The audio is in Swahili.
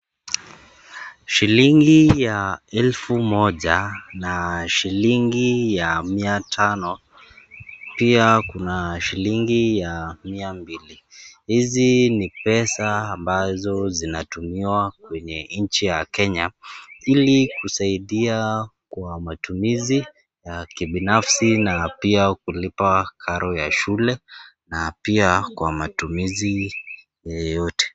Shilingi ya elfu moja, na shilingi ya mia tano, pia kuna shilingi ya mia mbili, hizi ni pesa ambazo zinatumiwa kwenye nchi ya Kenya, ili kusaidia kwa matumizi, ya kibinafsi na pia kulipa karo ya shule, na pia kwa matumizi yeyote.